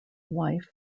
wife